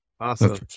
Awesome